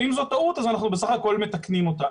ואם זו טעות אז אנחנו בסך הכול מתקנים אותה.